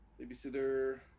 Babysitter